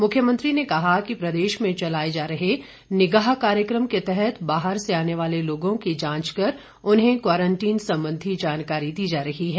मुख्यमंत्री ने कहा कि प्रदेश में चलाए जा रहे निगाह कार्यक्रम के तहत बाहर से आने वाले लोगों की जांच कर उन्हें क्वांरटीन संबंधी जानकारी दी जा रही है